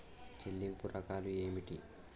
చెల్లింపు రకాలు ఏమిటి?